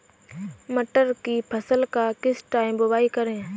मटर की फसल का किस टाइम बुवाई करें?